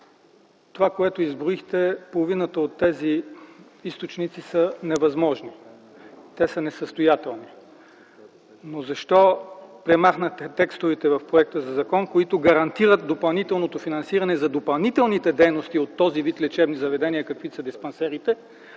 това, което изброихте, половината от тези източници са невъзможни, те са несъстоятелни, но защо премахнахте текстовете в проекта за закон, които гарантират допълнителното финансиране за допълнителните дейности от този вид лечебни заведения, каквито са диспансерите,